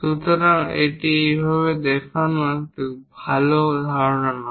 সুতরাং এটি এইভাবে দেখানো একটি ভাল ধারণা নয়